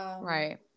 Right